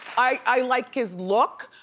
i like his look.